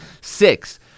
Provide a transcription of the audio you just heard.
six